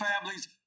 families